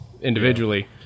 individually